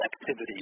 activity